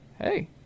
hey